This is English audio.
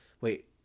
Wait